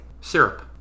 Syrup